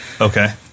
Okay